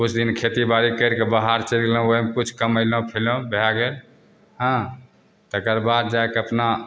किछु दिन खेतीबाड़ी करिके बाहर चलि गेलहुँ वएहमे किछु कमेलहुँ खएलहुँ भै गेल हँ तकर बाद जाके अपना